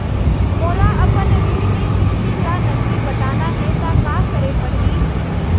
मोला अपन ऋण के किसती ला नगदी पटाना हे ता का करे पड़ही?